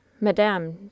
Madame